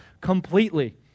completely